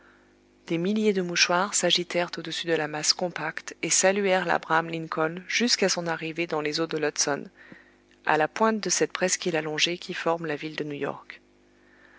des milliers de mouchoirs s'agitèrent au-dessus de la masse compacte et saluèrent labraham lincoln jusqu'à son arrivée dans les eaux de l'hudson à la pointe de cette presqu'île allongée qui forme la ville de new york